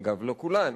אגב, לא כולן.